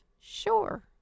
Sure